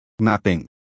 mapping